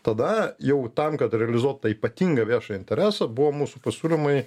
tada jau tam kad realizuot tą ypatingą viešą interesą buvo mūsų pasiūlymai